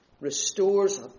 Restores